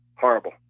horrible